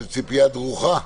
בציפייה דרוכה?